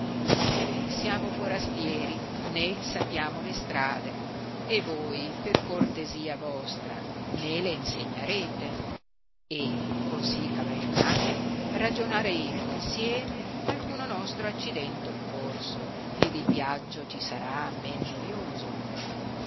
noi siamo forastieri né sappiamo le strade e voi per cortesia vostra ne le insegnarete e così cavalcando ragionaremo insieme alcuno nostro accidente occorso ed il viaggio ci sarà men noioso